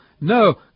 No